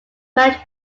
married